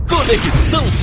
Conexão